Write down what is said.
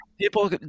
People